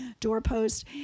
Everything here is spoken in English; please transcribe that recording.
doorpost